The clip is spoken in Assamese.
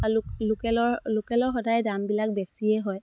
আৰু লোকেলৰ সদায় দামবিলাক বেছিয়ে হয়